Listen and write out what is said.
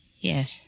Yes